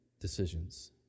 decisions